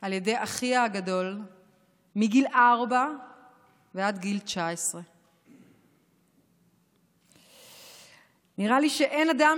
על ידי אחיה הגדול מגיל ארבע ועד גיל 19. נראה לי שאין אדם